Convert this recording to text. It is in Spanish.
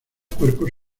cuerpos